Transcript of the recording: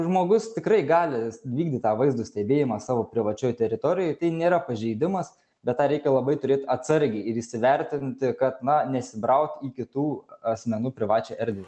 žmogus tikrai gali vykdyt tą vaizdo stebėjimą savo privačioj teritorijoj tai nėra pažeidimas bet tą reikia labai turėt atsargiai ir įsivertinti kad na nesibraut į kitų asmenų privačią erdvę